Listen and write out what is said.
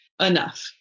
enough